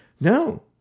No